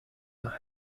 are